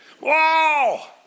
Wow